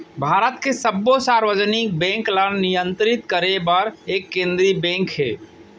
भारत के सब्बो सार्वजनिक बेंक ल नियंतरित करे बर एक केंद्रीय बेंक हे